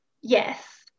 yes